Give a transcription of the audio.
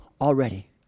already